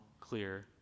clear